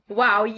wow